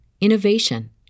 innovation